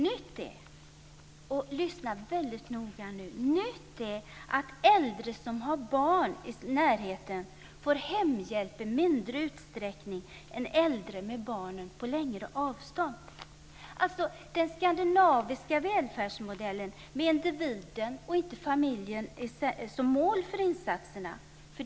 Nytt är - och lyssna väldigt noga nu - att äldre som har barn i närheten får hemhjälp i mindre utsträckning än äldre med barnen på längre avstånd. Den skandinaviska välfärdsmodellen har individen och inte familjen som mål för insatserna.